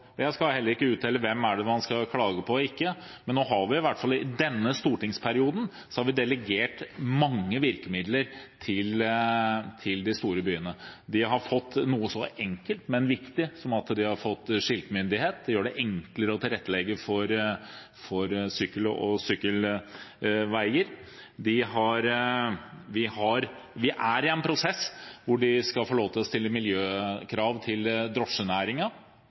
i hvert fall i denne stortingsperioden delegert mange virkemidler til de store byene. De har fått noe så enkelt og viktig som skiltmyndighet. Det gjør det enklere å tilrettelegge for sykkel og sykkelveier. Vi er i en prosess hvor de skal få lov til å stille miljøkrav til